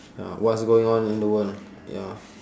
ya what's going on in the world ya